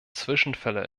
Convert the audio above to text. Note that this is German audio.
zwischenfälle